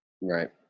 Right